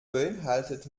beinhaltet